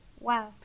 Wow